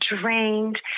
drained